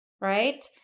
right